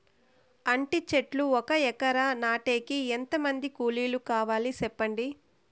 అంటి చెట్లు ఒక ఎకరా నాటేకి ఎంత మంది కూలీలు కావాలి? సెప్పండి?